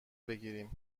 بگیریم